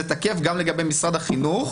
זה תקף גם לגבי משרד החינוך,